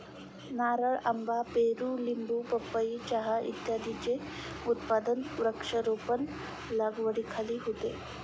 नारळ, आंबा, पेरू, लिंबू, पपई, चहा इत्यादींचे उत्पादन वृक्षारोपण लागवडीखाली होते